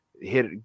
hit